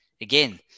Again